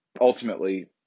ultimately